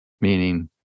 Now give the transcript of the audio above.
meaning